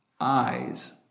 eyes